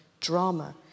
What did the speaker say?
drama